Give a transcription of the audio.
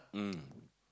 mm